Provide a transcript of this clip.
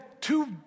two